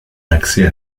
l’accès